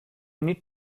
need